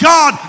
God